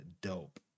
dope